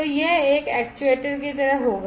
तो यह एक एक्चुएटर की तरह होगा